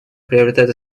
приобретает